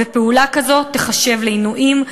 ופעולה כזאת תיחשב לעינויים,